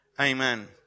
Amen